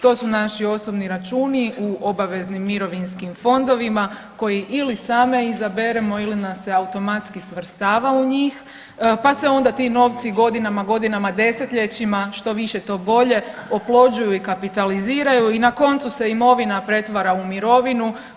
To su naši osobni računi u obaveznim mirovinskim fondovima koje ili sami izaberemo ili nas se automatski svrstava u njih, pa se onda ti novci godinama, godinama i 10-ljećima, što više to bolje, oplođuju i kapitaliziraju i na koncu se imovina pretvara u mirovinu.